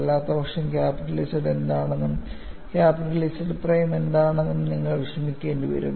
അല്ലാത്തപക്ഷം capital Z എന്താണെന്നും capital Z prime എന്താണെന്നും നിങ്ങൾ വിഷമിക്കേണ്ടിവരും